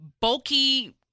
bulky